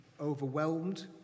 overwhelmed